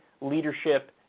leadership